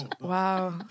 Wow